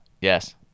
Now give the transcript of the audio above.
Yes